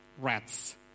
rats